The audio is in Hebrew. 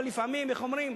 אבל לפעמים, איך אומרים: